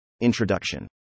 Introduction